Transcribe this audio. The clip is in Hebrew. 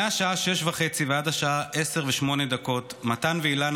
מהשעה 06:30 ועד השעה 10:08 מתן ואילנה